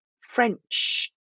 French